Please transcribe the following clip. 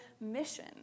mission